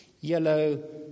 yellow